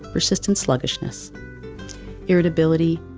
persistent sluggishness irritability,